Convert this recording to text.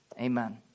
amen